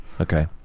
Okay